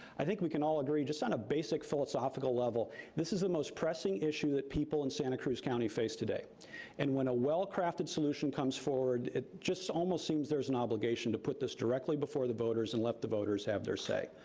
i think we can all agree just on a basic philosophical level this is the most pressing issue that people in santa cruz county face today and when a well-crafted solution comes forward, it just almost seems there's an obligation to put this directly before the voters and let the voters have their say.